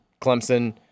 Clemson